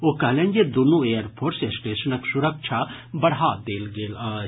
ओ कहलनि जे दूनू एयरफोर्स स्टेशनक सुरक्षा बढ़ा देल गेल अछि